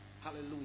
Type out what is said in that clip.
Hallelujah